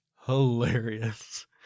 hilarious